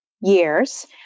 years